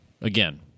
Again